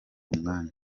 mwanya